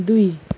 दुई